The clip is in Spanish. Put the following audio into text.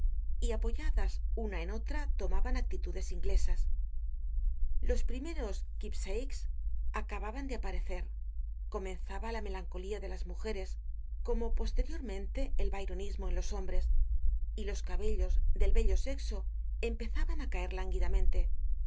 y apoyadas una en otra tomaban actitudes inglesas los primeros keapsakes acababan de aparecer comenzaba la melancolía de las mujeres como posteriormente el byronismo en los hombres y los cabellos del bello sexo empezaban á caer lánguidamente zefina y